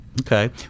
Okay